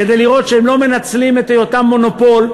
כדי לראות שהם לא מנצלים את היותם מונופול,